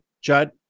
Judd